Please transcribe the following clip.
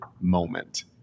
moment